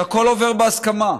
שהכול עובר בהסכמה.